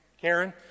Karen